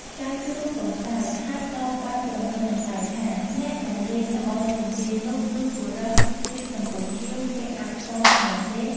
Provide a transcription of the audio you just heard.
ចៅជ្រូកក៏សើច ហើយតបបែបព្រងើយកន្តើយថា អ្នកដែលលេងល្អជាងគេនោះ គឺបុរសស្លៀកសំពត់ខៀវ ពាក់អាវស មែនទេ?